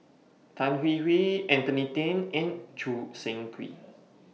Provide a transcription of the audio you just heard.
Tan Hwee Hwee Anthony Then and Choo Seng Quee